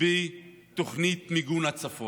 לקיצוץ בתוכנית מיגון הצפון.